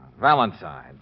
Valentine